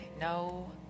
no